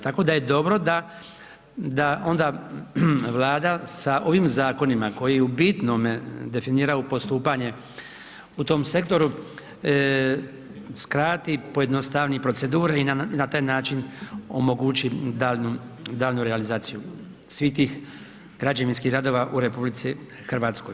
Tako da je dobro da onda Vlada sa ovim zakonima koji u bitnome definiraju postupanje u tom sektoru, skrati, pojednostavi procedure i na taj način omogući daljnju realizaciju svih tih građevinskih radova u RH.